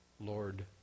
Lord